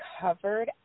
covered